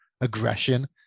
aggression